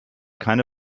keine